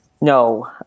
No